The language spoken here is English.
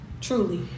Truly